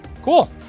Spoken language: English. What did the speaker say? Cool